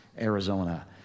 Arizona